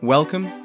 Welcome